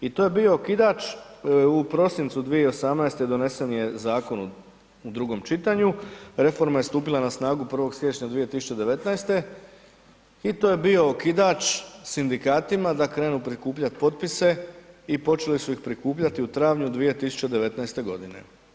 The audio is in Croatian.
I to je bio okidač u prosincu 2018. donesen je zakon u drugom čitanju, reforma je stupila na snagu 1. siječnja 2019. i to je bio okidač sindikatima da krenu prikupljati potpise i počeli su ih prikupljati u travnju 2019. godine.